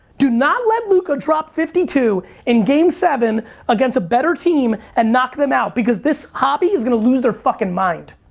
do not let luka drop fifty two in game seven against a better team and knock them out because this hobby is gonna lose their fucking mind.